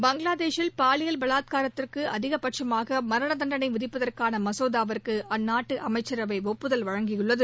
பங்ளாதேஷில் பாலியல் பலாத்காரத்திற்கு அதிகபட்சுமாக மரண தண்டளை விதிப்பதற்கான மசோதாவிற்கு அந்நாட்டு அமைச்சரவை ஒப்புதல் அளித்தள்ளது